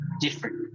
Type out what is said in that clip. different